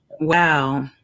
Wow